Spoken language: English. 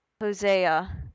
Hosea